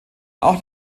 auch